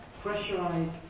pressurized